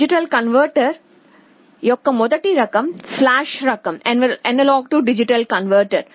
AD converter యొక్క మొదటి రకం ఫ్లాష్ రకం A D కన్వర్టర్